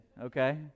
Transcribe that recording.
okay